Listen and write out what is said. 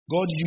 God